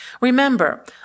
Remember